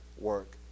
work